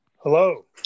hello